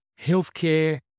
healthcare